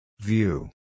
View